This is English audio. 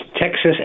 Texas